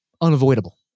unavoidable